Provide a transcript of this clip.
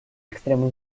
extremo